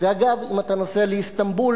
אגב, אם אתה נוסע לאיסטנבול,